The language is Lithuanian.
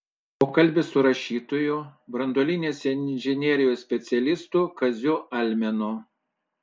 pokalbis su rašytoju branduolinės inžinerijos specialistu kaziu almenu